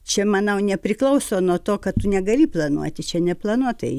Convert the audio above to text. čia manau nepriklauso nuo to kad tu negali planuoti čia neplanuotai